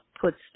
puts